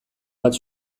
bat